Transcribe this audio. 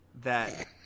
that-